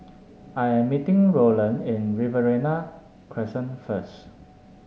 I am meeting Rowland at Riverina Crescent first